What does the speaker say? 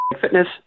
Fitness